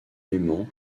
léman